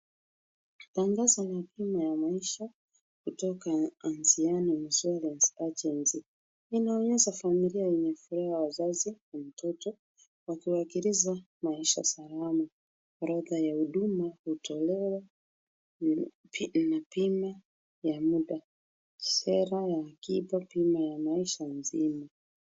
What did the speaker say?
Tangazo la bima ya maisha. Kutoka Anziano Insurance Agency, inaonyesha familia yenye furaha wazazi na mtoto, wakiwakilisha maisha salama, orodha ya huduma hutolewa na bima ya muda, sera ya akiba bima ya maisha nzima.